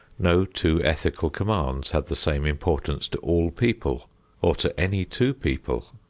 no two ethical commands have the same importance to all people or to any two people.